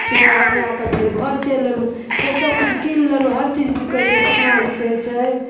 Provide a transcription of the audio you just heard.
चुनय उनय कऽ फेर घर चलि अयलहुँ फेर सब किछु किन लेलहुँ हर चीज बिकय छै फुकना बिकय छै